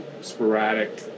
sporadic